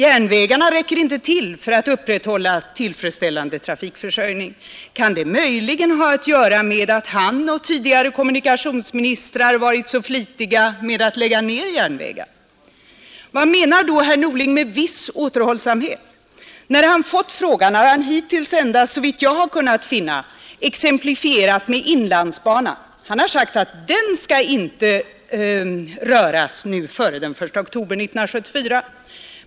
Järnvägarna räcker inte till för att upprätthålla tillfredsställande trafikförsörjning. Kan det möjligen ha att göra med att han och tidigare kommunikationsministrar varit så flitiga med att lägga ned järnvägar? Vad menar då herr Norling med ”viss återhållsamhet”? När han fått frågan har han hittills, såvitt jag kunnat finna, endast exemplifierat med inlandsbanan. Han har sagt att den inte skall röras nu före den 1 oktober 1974.